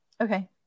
Okay